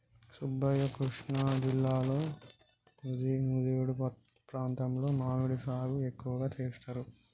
సుబ్బయ్య కృష్ణా జిల్లాలో నుజివీడు ప్రాంతంలో మామిడి సాగు ఎక్కువగా సేస్తారు